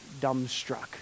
dumbstruck